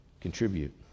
Contribute